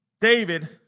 David